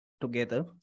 together